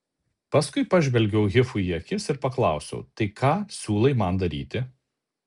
paskui pažvelgiau hifui į akis ir paklausiau tai ką siūlai man daryti